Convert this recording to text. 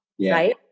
right